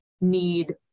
need